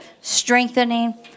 strengthening